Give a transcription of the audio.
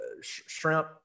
shrimp